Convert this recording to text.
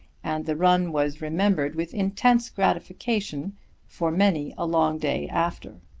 and the run was remembered with intense gratification for many a long day after.